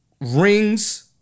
rings